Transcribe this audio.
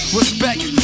respect